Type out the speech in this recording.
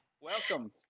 Welcome